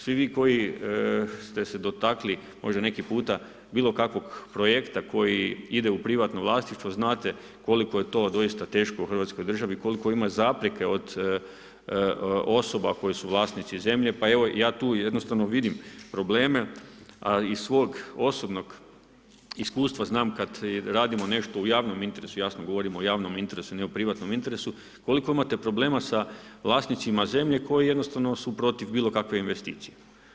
Svi vi koji ste se dotakli možda neki puta bilokakvog projekta koji ide u privatno vlasništvo, znate koliko je to doista teško hrvatskoj državi, koliko ima zapreke od osobe koje su vlasnici zemlje pa evo ja tu jednostavno vidim probleme a i iz svog osobnog iskustva znam kad radimo nešto u javnom interesu, jasno govorim o javnom interesu ne o privatnom interesu, koliko imate problema sa vlasnicima zemlje koji jednostavno su protiv bilokakve investicije.